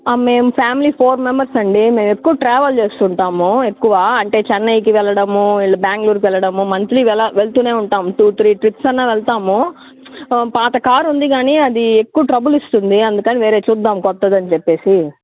ఆ మేము family four members అండి మేము ఎక్కువ ట్రావెల్ చేస్తూ ఉంటాము ఎక్కువ అంటే చెన్నైకి వెళ్ళడము వీళ్ళు బెంగుళూరుకి వెళ్ళడము మంత్లీ ఇలా వెళ్తూనే ఉంటాం టూ త్రీ ట్రిప్స్ అన్న వెళ్తాము పాత కార్ ఉంది కానీ అది ఎక్కువ ట్రబుల్ ఇస్తుంది అందుకని వేరే చూద్దాం కొత్తది అని చెప్పేసి